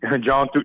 John